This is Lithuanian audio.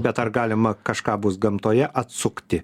bet ar galima kažką bus gamtoje atsukti